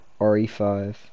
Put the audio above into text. RE5